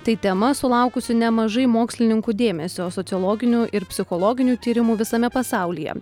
tai tema sulaukusi nemažai mokslininkų dėmesio sociologinių ir psichologinių tyrimų visame pasaulyje